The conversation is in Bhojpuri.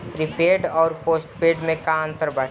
प्रीपेड अउर पोस्टपैड में का अंतर बाटे?